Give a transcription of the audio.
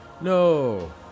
no